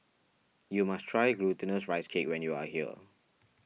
you must try Glutinous Rice Cake when you are here